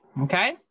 Okay